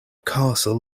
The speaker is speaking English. castle